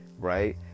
right